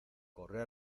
corrió